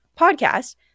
podcast